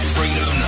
Freedom